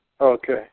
Okay